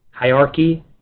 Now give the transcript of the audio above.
hierarchy